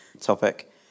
topic